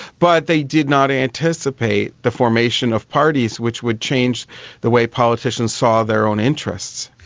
but they did not anticipate the formation of parties which would change the way politicians saw their own interests.